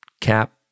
Cap